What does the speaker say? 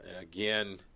again